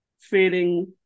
feeling